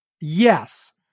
yes